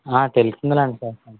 తెలుస్తుందిలేండి sir